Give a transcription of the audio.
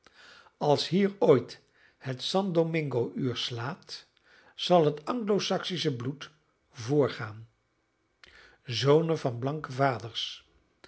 als hier ooit het san domingo uur slaat zal het anglo saksisch bloed voorgaan zonen van blanke vaders